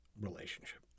relationship